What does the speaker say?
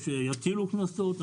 או שיטילו קנסות,